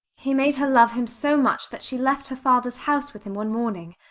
he made her love him so much that she left her father's house with him one morning.